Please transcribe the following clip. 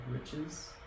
riches